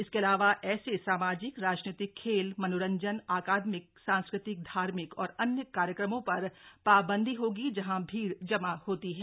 इसके अलावा ऐसे सामाजिक राजनीतिक खेल मनोरंजन अकादमिक सांस्कृतिक धार्मिक और अन्य कार्यक्रमों र ाबंदी होगी जहां भीड़ जमा होती है